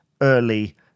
early